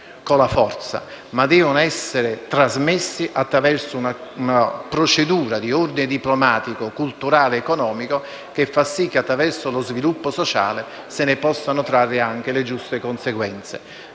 con la forza, ma trasmessi attraverso una procedura di ordine diplomatico, culturale ed economico che fa sì che, attraverso lo sviluppo sociale, si possano trarre le giuste conseguenze.